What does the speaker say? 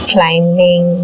Climbing